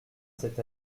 cet